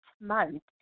month